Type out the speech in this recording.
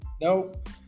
Nope